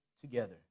together